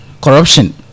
corruption